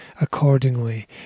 accordingly